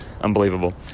unbelievable